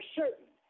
certain